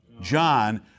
John